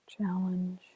challenge